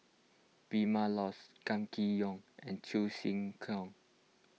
Vilma Laus Gan Kim Yong and Cheong Siew Keong